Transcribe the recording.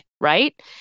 right